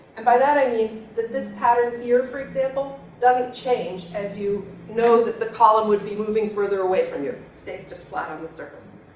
and by that i mean, that this pattern here for example doesn't change as you know that the column would be moving further away from you, stays just flat on the surface.